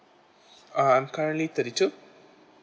uh I'm currently thirty two